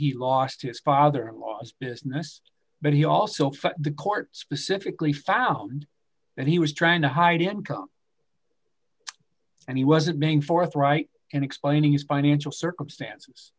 he lost his father in law's business but he also the court specifically found that he was trying to hide income and he wasn't being forthright in explaining his financial circumstances